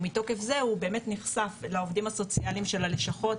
מתוקף זה הוא באמת נחשף לעו"ס של הלשכות